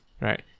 right